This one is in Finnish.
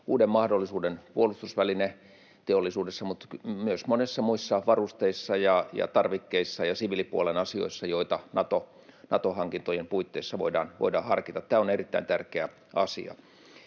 uuden mahdollisuuden puolustusvälineteollisuudessa mutta myös monissa muissa, varusteissa ja tarvikkeissa ja siviilipuolen asioissa, joita Nato-hankintojen puitteissa voidaan harkita. Tämä on erittäin tärkeä asia.